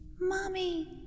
Mommy